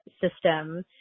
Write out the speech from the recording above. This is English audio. system